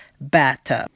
bathtub